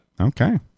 Okay